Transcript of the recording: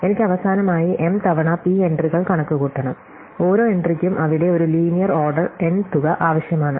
എനിക്ക് അവസാനമായി m തവണ p എൻട്രികൾ കണക്കുകൂട്ടണം ഓരോ എൻട്രിക്കും അവിടെ ഒരു ലീനിയർ ഓർഡർ n തുക ആവശ്യമാണ്